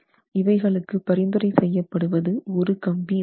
இவைகளுக்கு பரிந்துரை செய்யப்படுவது ஒரு கம்பி மட்டும்